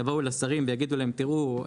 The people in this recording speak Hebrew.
יבואו לשרים ויגידו להם תראו,